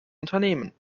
unternehmen